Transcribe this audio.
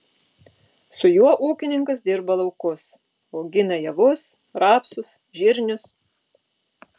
su juo ūkininkas dirba laukus augina javus rapsus žirnius